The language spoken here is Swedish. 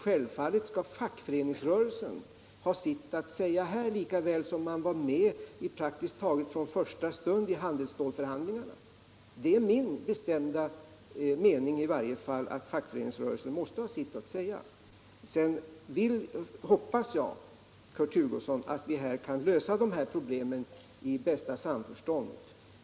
Självfallet skall fackföreningsrörelsen säga sitt i det här fallet lika väl som då den praktiskt taget från första stund var med vid handelsstålsförhandlingarna. Det är i varje fall min bestämda mening att fackföreningsrörelsen måste ha möjlighet att säga sin mening. Jag hoppas, Kurt Hugosson, att vi kommer att kunna lösa dessa problem i bästa samförstånd.